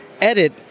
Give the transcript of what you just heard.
edit